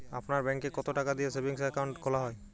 আপনার ব্যাংকে কতো টাকা দিয়ে সেভিংস অ্যাকাউন্ট খোলা হয়?